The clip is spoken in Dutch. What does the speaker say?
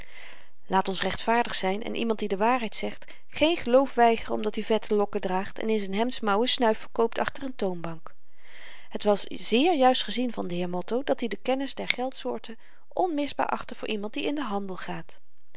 laat ons rechtvaardig zyn en iemand die de waarheid zegt geen geloof weigeren omdat i vette lokken draagt en in z'n hemdsmouwen snuif verkoopt achter n toonbank het was zeer juist gezien van den heer motto dat-i de kennis der geldsoorten onmisbaar achtte voor iemand die in den handel gaat